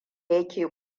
yake